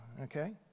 okay